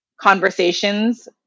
conversations